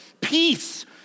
Peace